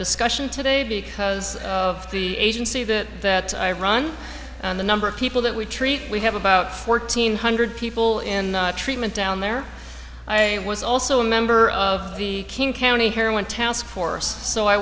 discussion today because of the agency that i run and the number of people that we treat we have about fourteen hundred people in treatment down there i was also a member of the king county heroin task force so i